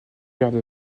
garde